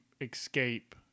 escape